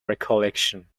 recollection